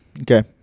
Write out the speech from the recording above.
Okay